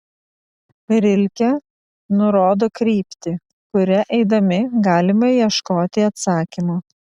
rilke nurodo kryptį kuria eidami galime ieškoti atsakymo